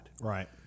right